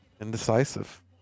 Indecisive